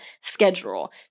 schedule